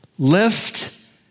Lift